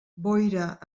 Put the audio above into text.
boira